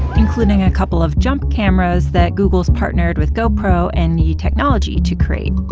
including a couple of jump cameras that google's partnered with gopro and need technology to create.